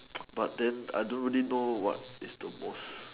but then I don't really know what is the most